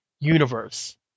universe